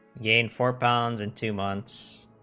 yeah a and four thousand and two months